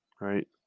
Right